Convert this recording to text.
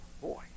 boy